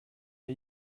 der